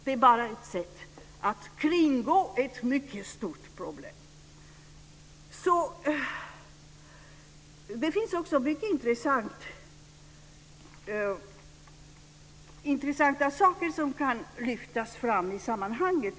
Det är bara ett sätt att kringgå ett mycket stort problem. Det finns också intressanta saker som kan lyftas fram i sammanhanget.